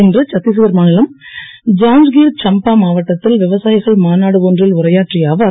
இன்று சத்திஸ்கர் மாநிலம் ஜாஞ்கீர் சம்பா மாவட்டத்தில் விவசாயிகள் மாநாடு ஒன்றில் உரையாற்றிய அவர்